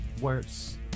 worse